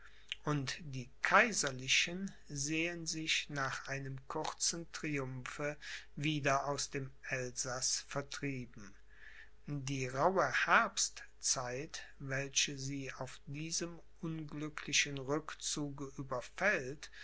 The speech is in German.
und die kaiserlichen sehen sich nach einem kurzen triumphe wieder aus dem elsaß vertrieben die rauhe herbstzeit welche sie auf diesem unglücklichen rückzuge